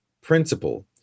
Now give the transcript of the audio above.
principle